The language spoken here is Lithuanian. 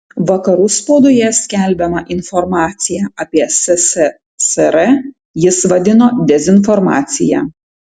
vakarų spaudoje skelbiamą informaciją apie sssr jis vadino dezinformacija